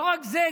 לא רק זה,